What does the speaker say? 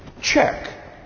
check